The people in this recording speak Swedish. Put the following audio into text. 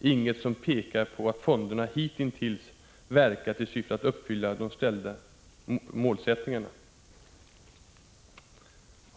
”inget som pekar på att fonderna hitintills verkat i syfte att uppfylla de ställda målsättningarna”.